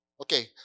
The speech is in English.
Okay